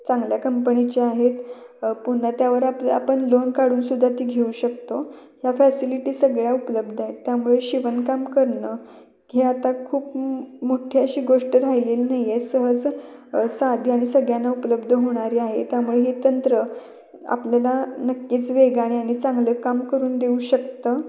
चांगल्या कंपणीची आहेत पुन्हा त्यावर आपले आपण लोन काढूनसुद्धा ती घेऊ शकतो या फॅसिलिटी सगळ्या उपलब्ध आहे त्यामुळे शिवणकाम करणं हे आत्ता खूप मु मोठी अशी गोष्ट राहिलेली नाही आहे सहज साधी आणि सगळ्यांना उपलब्ध होणारी आहे त्यामुळे हे तंत्र आपल्याला नक्कीच वेगाने आणि चांगलं काम करून देऊ शकतं